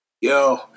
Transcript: Yo